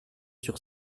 sur